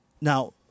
Now